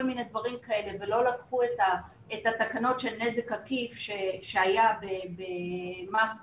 מיני דברים כאלה ולא לקחו את התקנות של נזק עקיף שהיה במס רכוש?